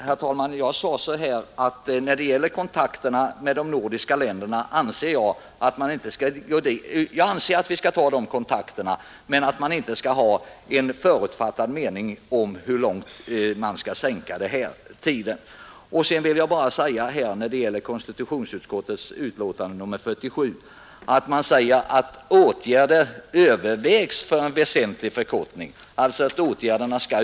Herr talman! Jag sade att vi bör hålla kontakt med de nordiska länderna men att vi inte skall ha en förutfattad mening om hur långt vi skall sänka kravet på vistelsetiden. I konstitutionsutskottets betänkande nr 47 sägs att åtgärder övervägs för en väsentlig förkortning av vistelsetiden.